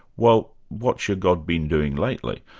well what's your god been doing lately?